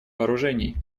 вооружений